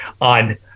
on